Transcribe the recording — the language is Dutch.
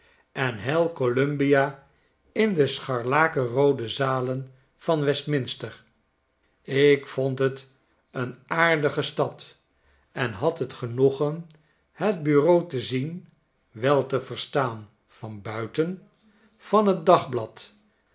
en hail columbia in de scharlakenroode zalen van westminster ik vond het een aardige stad en had het genoegen het bureau te zien wel te verstaan van buiten van t dagblad